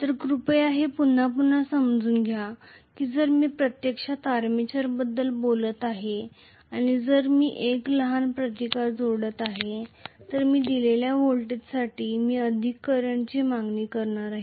तर कृपया हे पुन्हा पुन्हा समजून घ्या की जर मी प्रत्यक्षात आर्मेचरबद्दल बोलत आहे आणि जर मी एक लहान रेझिस्टन्स जोडत आहे तर मी दिलेल्या व्होल्टेजसाठी मी अधिक करंटची मागणी करणार आहे